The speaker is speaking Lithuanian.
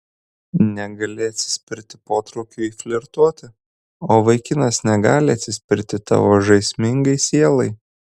negali atsispirti potraukiui flirtuoti o vaikinas negali atsispirti tavo žaismingai sielai